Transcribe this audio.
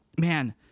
man